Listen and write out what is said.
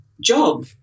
job